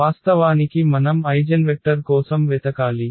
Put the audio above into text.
వాస్తవానికి మనం ఐగెన్వెక్టర్ కోసం వెతకాలి